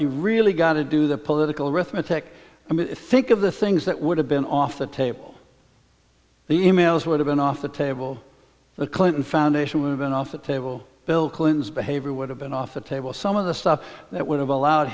you really got to do the political ritek i mean think of the things that would have been off the table the e mails would have been off the table the clinton foundation would have been off the table bill clinton's behavior would have been off the table some of the stuff that would have allowed